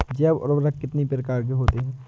जैव उर्वरक कितनी प्रकार के होते हैं?